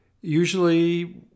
usually